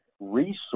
resource